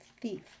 thief